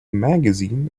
magazine